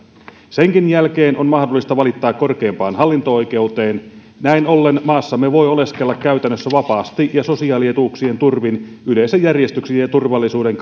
senkin jälkeen on mahdollista valittaa korkeimpaan hallinto oikeuteen näin ollen maassamme voi oleskella käytännössä vapaasti ja sosiaali etuuksien turvin yleisen järjestyksen ja ja turvallisuuden